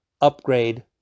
upgrade